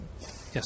yes